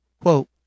quote